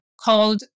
called